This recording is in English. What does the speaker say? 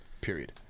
period